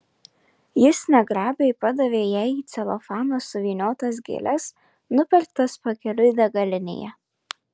jis negrabiai padavė jai į celofaną suvyniotas gėles nupirktas pakeliui degalinėje